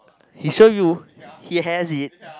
he show you he has it